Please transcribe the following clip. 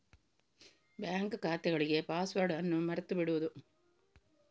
bank ಖಾತೆಗಳಿಗೆ password ಅನ್ನು ಮರೆತು ಬಿಡುವುದು